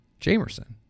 Jamerson